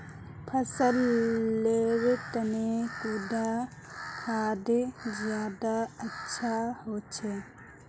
फसल लेर तने कुंडा खाद ज्यादा अच्छा होचे?